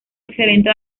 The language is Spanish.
excelente